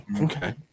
okay